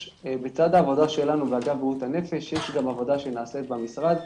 לצד העבודה שלנו באגף בריאות הנפש יש גם עבודה שנעשית במשרד,